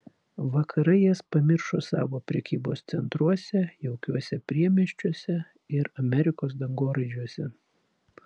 vakarai jas pamiršo savo prekybos centruose jaukiuose priemiesčiuose ir amerikos dangoraižiuose